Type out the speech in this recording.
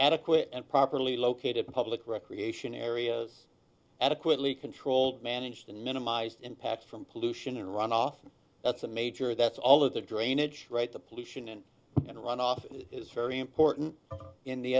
adequate and properly located public recreation areas adequately controlled managed to minimize the impact from pollution and runoff that's a major that's all of the drainage right the pollution in and runoff is very important in the